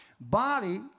body